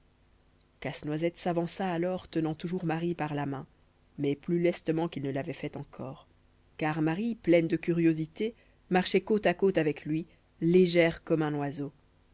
casse-noisette s'avança alors tenant toujours marie par la main mais plus lestement qu'il ne l'avait fait encore car marie pleine de curiosité marchait côte à côte avec lui légère comme un oiseau